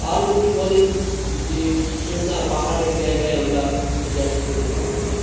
আর যদি বলেন যে না পাহাড়ের জায়গায় আমরা যাচ্ছি কোনো জঙ্গলে